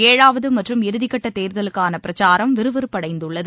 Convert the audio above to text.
ஏழாவது மற்றும் இறுதிக்கட்ட தேர்தலுக்கான பிரச்சாரம் விறுவிறுப்படைந்துள்ளது